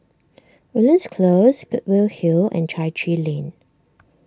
Woodlands Close Goodwood Hill and Chai Chee Lane